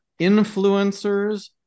influencers